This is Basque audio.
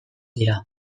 dira